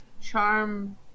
charm